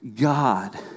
God